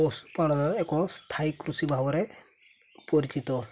ପଶୁପାଳନ ଏକ ସ୍ଥାୟୀ କୃଷି ଭାବରେ ପରିଚିତ